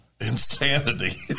insanity